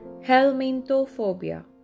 Helminthophobia